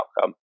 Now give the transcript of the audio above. outcome